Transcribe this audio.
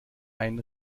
einen